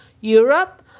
Europe